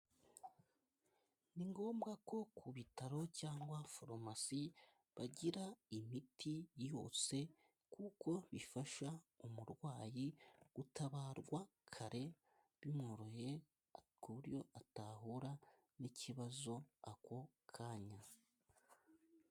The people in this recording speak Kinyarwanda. Ni ngombwa ko ku bitaro, cyangwa farumasi, bagira imiti yose kuko bifasha umurwayi gutabarwa kare bimworoheye, ku buryo atahura n'ikibazo ako kanya.